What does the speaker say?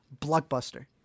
blockbuster